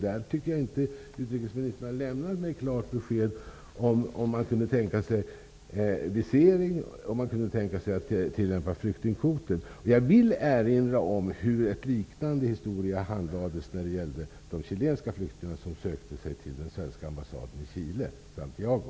Jag tycker inte att utrikesministern har lämnat mig klart besked om huruvida man kan tänka sig visering eller om huruvida man kan tänka sig att tillämpa flyktingkvoten. Jag vill erinra om hur en liknande historia handlades. Det gällde de chilenska flyktingar som sökte sig till den svenska ambassaden i Santiago,